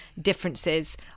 differences